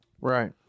Right